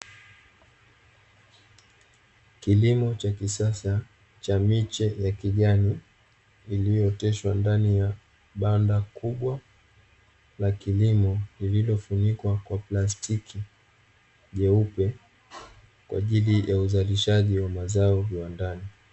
Kilimo cha kisasa cha miche ya kijani, iliyo oteshwa ndani ya banda kubwa la kilimo lililofunikwa kwa plastiki leupe kwajili ya uzalishaji wa mazao ya viwandani.